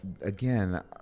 again